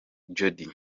jody